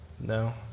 No